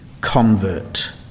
convert